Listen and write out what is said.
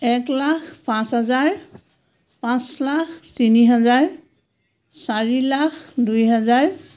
এক লাখ পাঁচ হাজাৰ পাঁচ লাখ তিনি হাজাৰ চাৰি লাখ দুই হাজাৰ